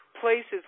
places